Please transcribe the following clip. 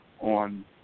on